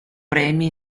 premi